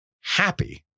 happy